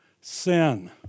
sin